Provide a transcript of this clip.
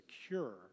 secure